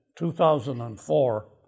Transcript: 2004